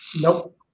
Nope